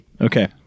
Okay